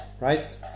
right